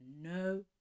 no